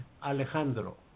Alejandro